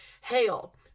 hail